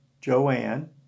Joanne